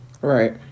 right